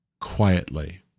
quietly